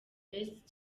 best